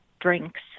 drinks